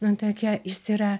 nu tokia jis yra